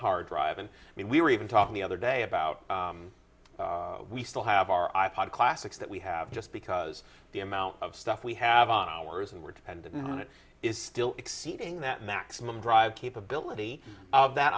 hard drive and i mean we were even talking the other day about we still have our i pod classics that we have just because the amount of stuff we have on ours and we're dependent on it is still exceeding that maximum drive capability of that